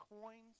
coins